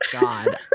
God